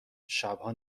شبها